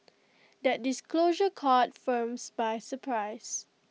that disclosure caught firms by surprise